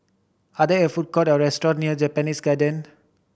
are there food court or restaurant near Japanese Garden